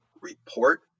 report